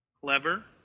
clever